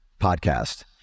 podcast